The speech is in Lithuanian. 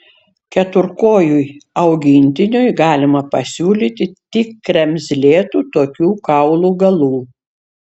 keturkojui augintiniui galima pasiūlyti tik kremzlėtų tokių kaulų galų